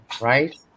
right